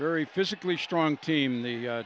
very physically strong team the